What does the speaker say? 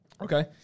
Okay